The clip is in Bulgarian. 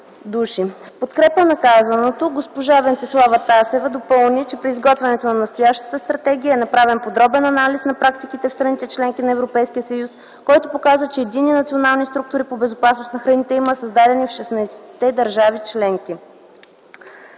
министър Найденов госпожа Венцеслава Тасева допълни, че при изготвянето на настоящата стратегия е направен подробен анализ на практиките в страните-членки на Европейския съюз, който показва, че единни национални структури по безопасност на храните има създадени в 16 държави – членки.